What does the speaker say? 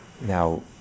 Now